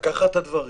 לדחוף את הדברים.